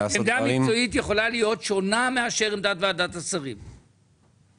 עמדה מקצועית יכולה להיות שונה מאשר עמדת ועדת השרים נכון?